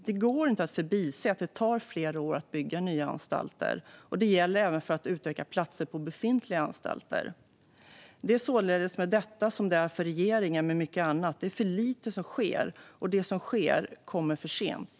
Det går inte att förbise att det tar flera år att bygga nya anstalter, och det gäller även utökning av platser på befintliga anstalter. Det är således med detta som det är för regeringen med mycket annat: Det är för lite som sker, och det som sker kommer för sent.